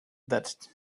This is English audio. that